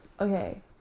Okay